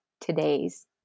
today's